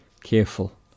careful